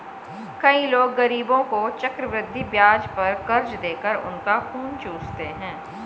कई लोग गरीबों को चक्रवृद्धि ब्याज पर कर्ज देकर उनका खून चूसते हैं